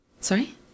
Sorry